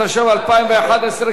התשע"ב 2012,